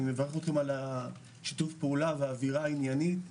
אני מברך אתכם על שיתוף הפעולה והאווירה העניינית.